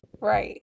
Right